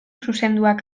zuzenduak